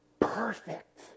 Perfect